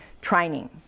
training